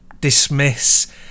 dismiss